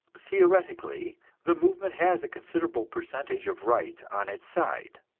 theoretically the movement has a considerable percentage of right on its side.